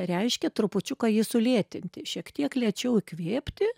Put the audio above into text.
reiškia trupučiuką jį sulėtinti šiek tiek lėčiau įkvėpti